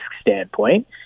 standpoint